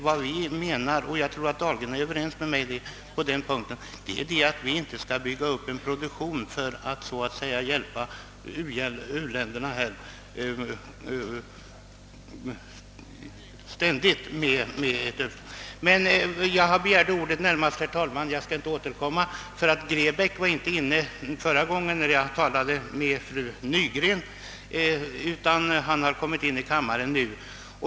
Vad vi menar — och jag tror herr Dahlgren är överens med mig på den punkten — är att vi inte skall bygga upp en produktion för att ständigt hjälpa u-länderna. Herr talman! Jag har begärt ordet närmast för att herr Grebäck nu kommit in i kammaren, han var inte här när jag talade med fru Sundberg.